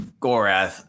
Gorath